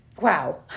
Wow